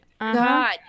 God